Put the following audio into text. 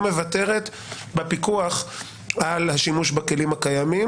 מוותרת בפיקוח על השימוש בכלים הקיימים.